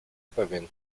pewien